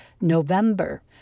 November